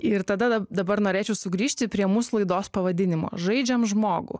ir tada dabar norėčiau sugrįžti prie mūsų laidos pavadinimo žaidžiam žmogų